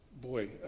Boy